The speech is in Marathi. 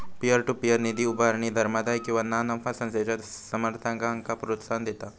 पीअर टू पीअर निधी उभारणी धर्मादाय किंवा ना नफा संस्थेच्या समर्थकांक प्रोत्साहन देता